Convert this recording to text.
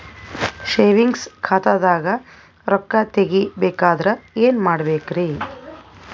Savings ಖಾತಾದಾಗ ರೊಕ್ಕ ತೇಗಿ ಬೇಕಾದರ ಏನ ಮಾಡಬೇಕರಿ?